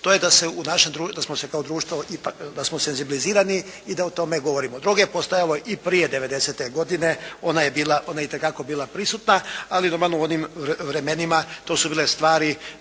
to je da smo se kao društvo, da smo senzibilizirani i da o tome govorimo. Droge je postojalo i prije '90. godine. Ona je itekako bila prisutna. Ali normalno u onim vremenima to su bile stvari